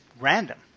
random